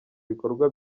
ibikorwa